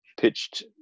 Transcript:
pitched